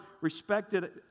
respected